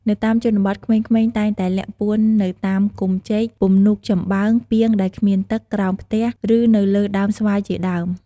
នៅតាមជនបទ ក្មេងៗតែងតែលាក់ពួននៅតាមគុម្ពចេក ពំនូកចំបើង ពាងដែលគ្មានទឹក ក្រោមផ្ទះ ឬ នៅលើដើមស្វាយជាដើម។